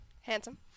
Handsome